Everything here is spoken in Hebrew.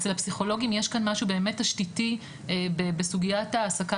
אצל הפסיכולוגים יש כאן משהו באמת תשתיתי בסוגיית העסקה,